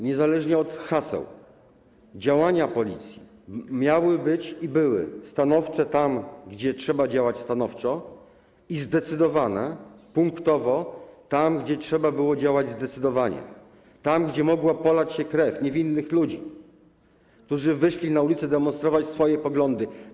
Niezależnie od haseł działania policji miały być i były stanowcze tam, gdzie trzeba działać stanowczo, i zdecydowane punktowo tam, gdzie trzeba było działać zdecydowanie, gdzie mogła polać się krew niewinnych ludzi, którzy wyszli na ulicę, by demonstrować swoje poglądy.